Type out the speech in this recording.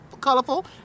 colorful